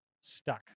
stuck